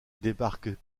débarque